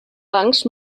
bancs